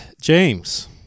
James